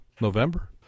November